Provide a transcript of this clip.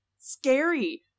scary